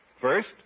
First